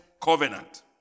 covenant